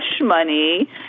money